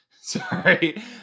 Sorry